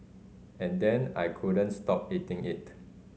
and then I couldn't stop eating it